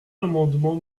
l’amendement